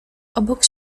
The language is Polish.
obok